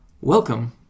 welcome